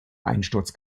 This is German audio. einsturz